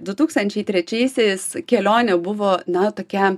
du tūkstančiai trečiaisiais kelionė buvo na tokia